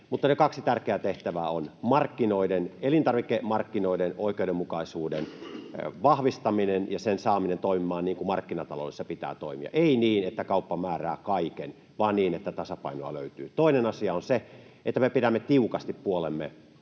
ovat markkinoiden, elintarvikemarkkinoiden, oikeudenmukaisuuden vahvistaminen ja niiden saaminen toimimaan niin kuin markkinataloudessa pitää toimia. Ei niin, että kauppa määrää kaiken, vaan niin, että tasapainoa löytyy. Toinen asia on se, että me pidämme tiukasti puolemme